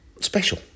special